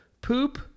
poop